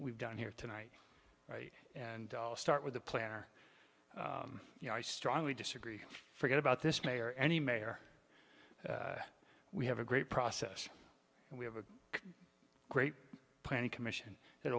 we've done here tonight right and start with a plan or you know i strongly disagree forget about this mayor any mayor we have a great process and we have a great planning commission that